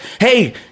hey